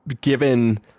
Given